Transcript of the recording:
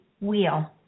wheel